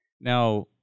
Now